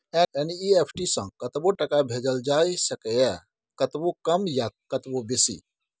NEFT सँ कतबो टका भेजल जाए सकैए कतबो कम या कतबो बेसी